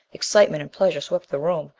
excitement and pleasure swept the room.